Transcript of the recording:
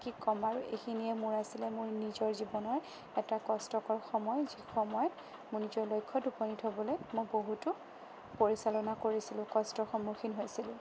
কি কম আৰু এইখিনিয়ে মোৰ আছিলে নিজৰ জীৱনৰ এটা কষ্টকৰ সময় যি সময়ত মই মোৰ নিজৰ লক্ষ্যত উপণীত হ'বলৈ মই বহুতো পৰিচালনা কৰিছিলোঁ কষ্টৰ সন্মুখীন হৈছিলোঁ